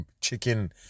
Chicken